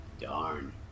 Darn